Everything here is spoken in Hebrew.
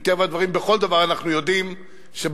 מטבע הדברים בכל דבר אנחנו יודעים שבחברה